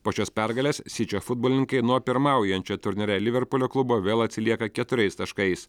po šios pergalės sičio futbolininkai nuo pirmaujančio turnyre liverpulio klubo vėl atsilieka keturiais taškais